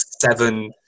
seven